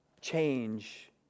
change